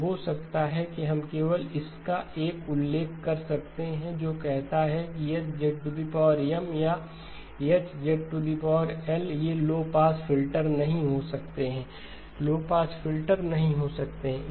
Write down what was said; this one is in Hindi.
तो हो सकता है कि हम केवल इसका एक उल्लेख कर सकते हैं जो कहते हैं कि H या H ये लो पास फिल्टर नहीं हो सकते हैं लो पास फिल्टर नहीं हो सकते हैं